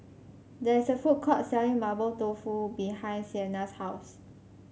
there is a food court selling Mapo Tofu behind Siena's house